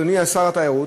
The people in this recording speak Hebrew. אדוני שר התיירות,